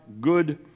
good